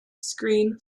screen